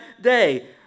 day